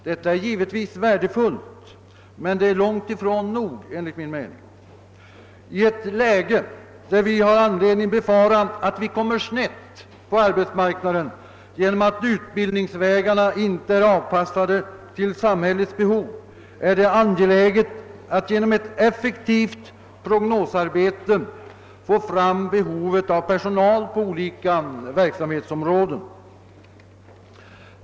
Detta är givetvis värdefullt, men det är enligt min mening långt ifrån nog. I ett läge där man har anledning befara att vi kan komma snett på arbetsmarknaden genom att utbildningsvägarna inte är avpassade till samhällets behov är det angeläget att genom ett effektivt prognosarbete få fram behovet av personal på olika verksamhetsområden.